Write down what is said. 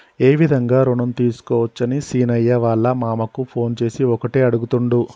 ఏ విధంగా రుణం తీసుకోవచ్చని సీనయ్య వాళ్ళ మామ కు ఫోన్ చేసి ఒకటే అడుగుతుండు